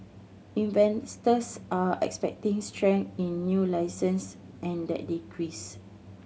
investors are expecting strength in new licences and that decreased